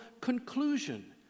conclusion